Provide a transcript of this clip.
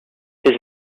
his